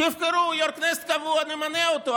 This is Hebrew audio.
תבחרו יושב-ראש כנסת קבוע, ונמנה אותו.